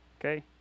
okay